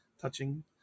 touching